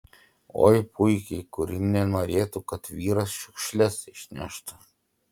oi puikiai kuri nenorėtų kad vyras šiukšles išneštų